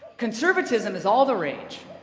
conservatism is all the rage.